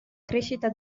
crescita